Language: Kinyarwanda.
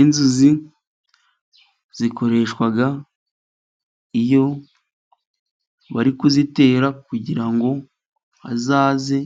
Inzuzi zikoreshwa iyo bari kuzitera kugira ngo hazaze